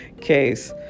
case